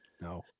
no